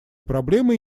проблемой